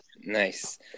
Nice